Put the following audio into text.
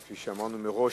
כפי שאמרנו מראש,